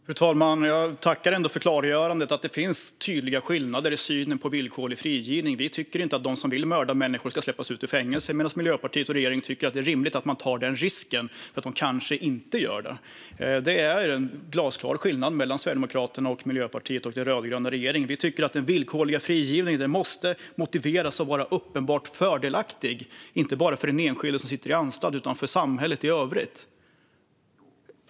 Fru talman! Jag tackar för klargörandet. Det finns tydliga skillnader i synen på villkorlig frigivning. Vi tycker inte att de som vill mörda människor ska släppas ut ur fängelse medan Miljöpartiet och regeringen tycker att det är rimligt att ta den risken eftersom de kanske inte gör det. Det är en glasklar skillnad mellan Sverigedemokraterna och Miljöpartiet och den rödgröna regeringen. Vi tycker att den villkorliga frigivningen måste motiveras och vara uppenbart fördelaktig, inte bara för den enskilde som sitter på anstalt utan också för samhället i övrigt.